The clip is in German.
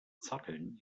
zotteln